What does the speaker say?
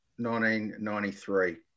1993